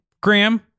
Graham